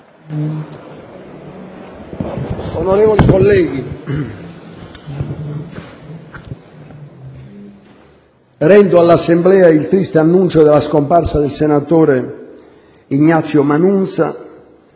Onorevoli colleghi, rendo all'Assemblea il triste annuncio della scomparsa del senatore Ignazio Manunza,